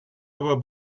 aber